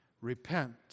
Repent